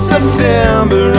September